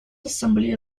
ассамблея